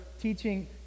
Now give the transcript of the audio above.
teaching